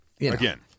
Again –